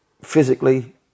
physically